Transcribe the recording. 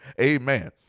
Amen